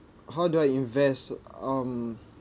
how do I invest um